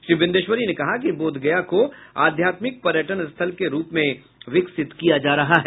श्री बिंदेश्वरी ने कहा कि बोधगया को आध्यात्मिक पर्यटन स्थल के रूप में विकसित किया जा रहा है